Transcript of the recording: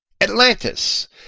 Atlantis